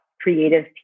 creative